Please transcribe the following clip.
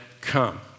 come